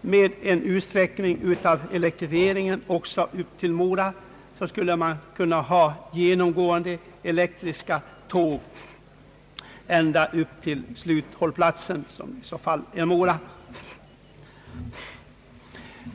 Med en utsträckning av elektrifieringen också till Mora skulle man kunna ha genomgående elektriska tåg ända till sluthållplatsen Mora.